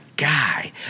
guy